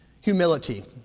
Humility